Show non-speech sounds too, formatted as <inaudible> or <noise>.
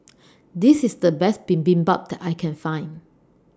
<noise> This IS The Best Bibimbap that I Can Find